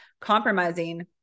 compromising